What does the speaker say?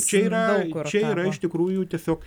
čia yra čia yra iš tikrųjų tiesiog